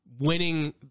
winning